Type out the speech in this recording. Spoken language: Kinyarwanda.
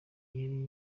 yari